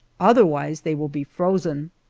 otherwise they will be frozen.